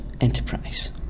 enterprise